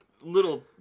little